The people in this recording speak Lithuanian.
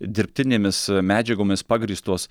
dirbtinėmis medžiagomis pagrįstos